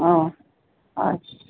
অ হয়